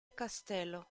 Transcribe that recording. castello